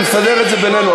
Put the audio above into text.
אני מסדר את זה בינינו,